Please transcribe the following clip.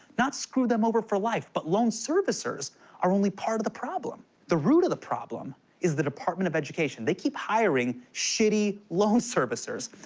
not screw them over for life, but loan servicers are only part of the problem. the root of the problem is the department of education. they keep hiring shitty loan servicers.